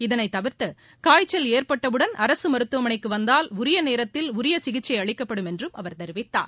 இதனை தவிர்த்து காய்ச்சல் ஏற்பட்டவுடன் அரசு மருத்துவமனைக்கு வந்தால் உரிய நேரத்தில் உரிய சிகிச்சை அளிக்கப்படும் என்றும் அவர் தெரிவித்தார்